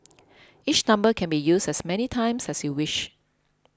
each number can be used as many times as you wish